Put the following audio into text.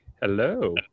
Hello